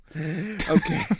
Okay